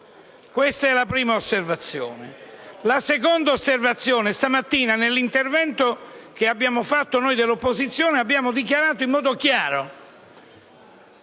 Questa era la prima osservazione. Passo alla seconda osservazione. Questa mattina, nell'intervento che abbiamo fatto noi dell'opposizione, abbiamo dichiarato in modo chiaro